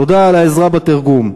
תודה על העזרה בתרגום.